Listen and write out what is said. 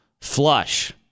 flush